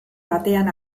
batean